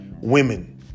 women